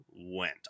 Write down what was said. went